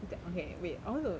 is that okay wait I want to